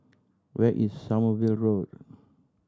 where is Sommerville Road